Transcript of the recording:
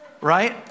right